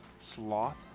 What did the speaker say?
sloth